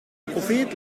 prophet